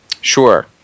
Sure